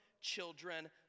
children